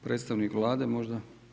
Predstavnik Vlade možda?